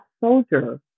soldier